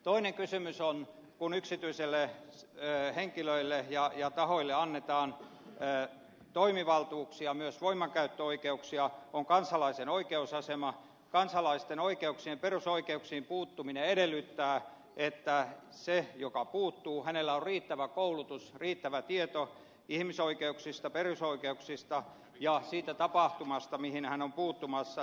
toinen kysymys on että kun yksityisille henkilöille ja tahoille annetaan toimivaltuuksia myös voimankäyttöoikeuksia niin kansalaisen oikeusasema kansalaisen perusoikeuksiin puuttuminen edellyttää että sillä joka puuttuu niihin on riittävä koulutus riittävä tieto ihmisoikeuksista perusoikeuksista ja siitä tapahtumasta johon hän on puuttumassa